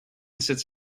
sits